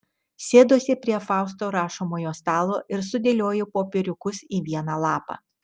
sėduosi prie fausto rašomojo stalo ir sudėlioju popieriukus į vieną lapą